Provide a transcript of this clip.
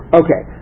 okay